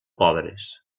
pobres